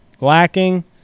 Lacking